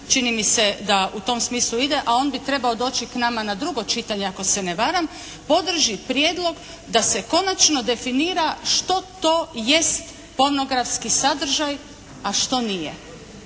čini mi se da u tom smislu ide, a on bi trebao doći k nama na drugo čitanje ako se ne varam, podrži prijedlog da se konačno definira što to jest pornografski sadržaj a što nije.